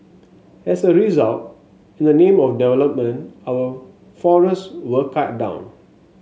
as a result in the name of development our forests were cut down